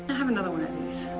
and have another one of